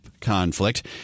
conflict